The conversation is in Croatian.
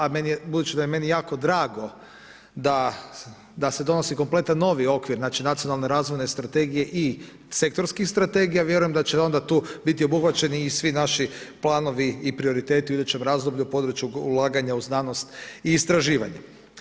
A budući da je meni jako drago da se donosi kompletan novi okvir, znači Nacionalne razvojne strategije i sektorskih strategija vjerujem da će onda tu biti obuhvaćeni i svi naši planovi i prioriteti u idućem razdoblju u području ulaganja u znanost i istraživanja.